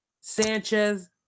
Sanchez